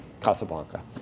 Casablanca